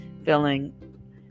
Filling